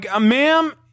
ma'am